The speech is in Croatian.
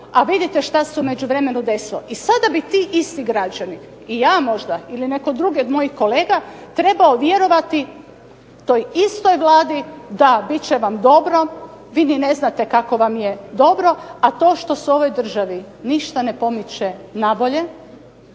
a vidite šta se u međuvremenu desilo. I sada bi ti isti građani i ja možda ili netko drugi od mojih kolega trebao vjerovati toj istoj Vladi da bit će vam dobro, vi ni ne znate kako vam je dobro. A to što se u ovoj državi ništa ne pomiče na bolje